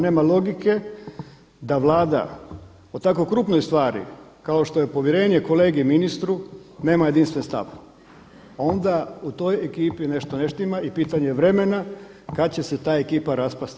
Nema logike da Vlada o tako krupnoj stvari kao što je povjerenje kolegi ministru nema jedinstven stav, onda u toj ekipi nešto ne štima i pitanje je vremena kada će se ta ekipa raspasti.